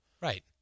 right